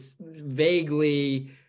vaguely